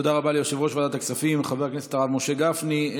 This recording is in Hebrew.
תודה רבה ליושב-ראש ועדת הכספים חבר הכנסת הרב משה גפני.